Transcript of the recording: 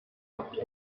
walked